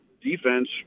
defense